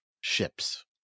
ships